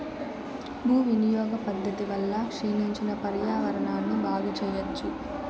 భూ వినియోగ పద్ధతి వల్ల క్షీణించిన పర్యావరణాన్ని బాగు చెయ్యచ్చు